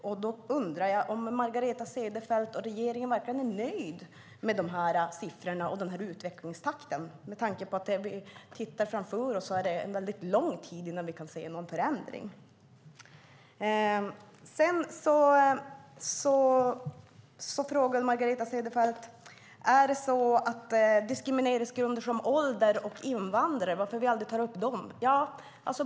Jag undrar om Margareta Cederfelt och regeringen verkligen är nöjda med de här siffrorna och den här utvecklingstakten med tanke på att det dröjer väldigt länge innan vi kan se någon förändring? Margareta Cederfelt frågade varför vi aldrig tar upp diskrimineringsgrunder som ålder och invandrare.